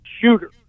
shooter